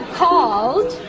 called